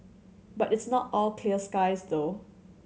but it's not all clear skies though